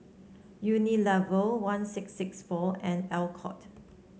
Unilever one six six four and Alcott